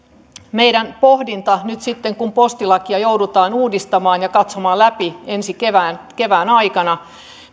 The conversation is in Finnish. meidän pohdintamme nyt sitten kun postilakia joudutaan uudistamaan ja katsomaan läpi ensi kevään kevään aikana on